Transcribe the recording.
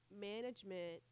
management